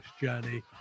journey